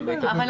ח"כ אבוטבול.